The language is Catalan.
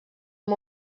amb